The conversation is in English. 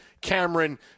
Cameron